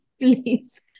please